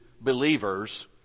believers